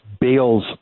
Bale's